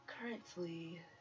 currently